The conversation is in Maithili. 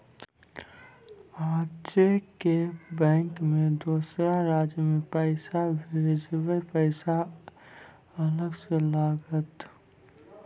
आजे के बैंक मे दोसर राज्य मे पैसा भेजबऽ पैसा अलग से लागत?